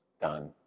done